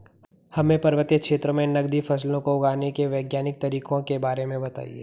हमें पर्वतीय क्षेत्रों में नगदी फसलों को उगाने के वैज्ञानिक तरीकों के बारे में बताइये?